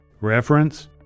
Reference